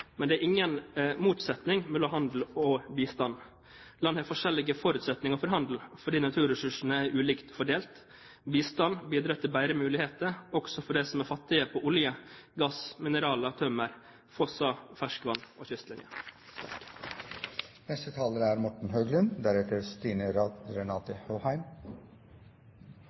Men det er ingen motsetning mellom handel og bistand. Land har forskjellige forutsetninger for handel, fordi naturressursene er ulikt fordelt. Bistand bidrar til bedre muligheter også for dem som er fattige på olje, gass, mineraler, tømmer, fosser, ferskvann og kystlinje. Sammenligningen mellom bistand og helsebudsjett og samferdselsbudsjett mener jeg er